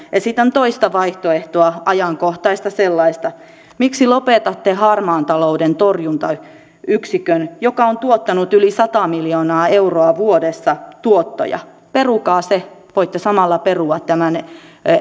esitän toista vaihtoehtoa ajankohtaista sellaista miksi lopetatte harmaan talouden torjuntayksikön joka on tuottanut yli sata miljoonaa euroa vuodessa tuottoja perukaa se voitte samalla perua tämän